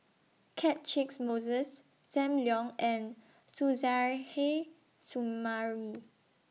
Catchick Moses SAM Leong and Suzairhe Sumari